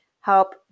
help